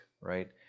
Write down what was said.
right